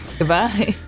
Goodbye